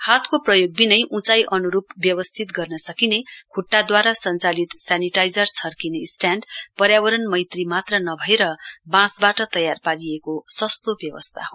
हातको प्रयोगबिनै उचाई अन्रूप व्यवस्थित गर्न सकिने खुट्टादवारा संचालित सेनिटाइजर छर्किने स्ट्याण्ड पर्यावरणमैत्री मात्र नभएर बाँसबाट तयार पारिएको स्सतो व्यवस्था हो